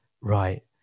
right